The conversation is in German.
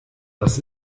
das